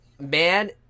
man